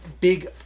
big